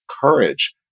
courage